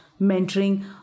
mentoring